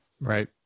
Right